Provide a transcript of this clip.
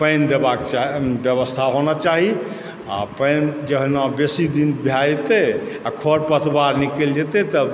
पानि देबाक चाही व्यवस्था होना चाही आ पानि जहिना बेसी दिन भए जेतै आ खर पतवार निकलि जेतै तऽ